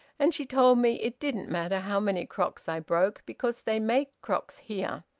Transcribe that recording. and she told me it didn't matter how many crocks i broke, because they make crocks here.